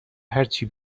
هرچی